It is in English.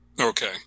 Okay